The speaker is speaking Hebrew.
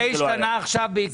וזה השתנה עכשיו בעקבות הדיון.